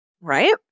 Right